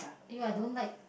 you are don't like